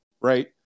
right